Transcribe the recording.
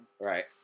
Right